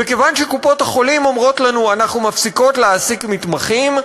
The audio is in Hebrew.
וכיוון שקופות-החולים אומרות לנו: אנחנו מפסיקות להעסיק מתמחים,